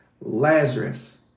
Lazarus